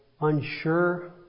Unsure